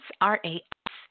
R-A-S